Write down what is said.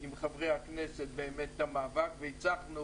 עם חברי הכנסת את המאבק והצלחנו